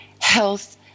health